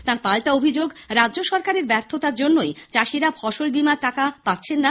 তাঁর পাল্টা অভিযোগ রাজ্য সরকারের ব্যর্থতার জন্যই চাষীরা ফসল বীমার টাকা পাচ্ছেন না